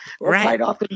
Right